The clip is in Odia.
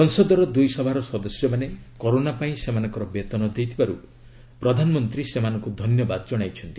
ସଂସଦର ଦୁଇ ସଭାର ସଦସ୍ୟମାନେ କରୋନା ପାଇଁ ସେମାନଙ୍କର ବେତନ ଦେଇଥିବାରୁ ପ୍ରଧାନମନ୍ତ୍ରୀ ସେମାନଙ୍କୁ ଧନ୍ୟବାଦ କଣାଇଛନ୍ତି